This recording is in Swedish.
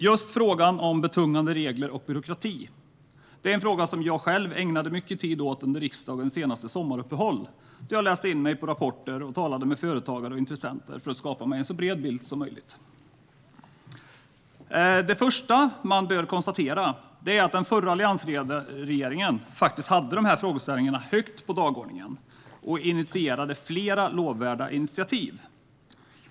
Just frågan om betungande regler och byråkrati är något som jag själv ägnade mycket tid åt under riksdagens senaste sommaruppehåll, då jag läste in mig på rapporter och talade med företagare och intressenter för att skapa mig en så bred bild som möjligt. Det första man bör konstatera är att den förra alliansregeringen faktiskt hade dessa frågeställningar högt på dagordningen och initierade flera lovvärda initiativ.